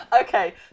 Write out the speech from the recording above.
Okay